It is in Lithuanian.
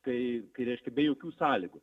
kai kai reiškia be jokių sąlygų